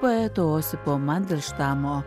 poeto osipo mandelštamo